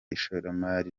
ishoramari